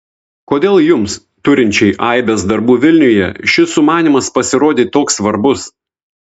kodėl jums turinčiai aibes darbų vilniuje šis sumanymas pasirodė toks svarbus